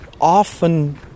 often